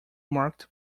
marked